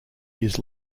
his